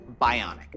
Bionic